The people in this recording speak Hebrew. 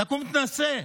תקום ותנסה.